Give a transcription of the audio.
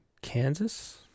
Kansas